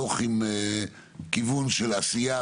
דוח עם כיוון של עשייה,